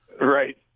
Right